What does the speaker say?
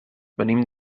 venim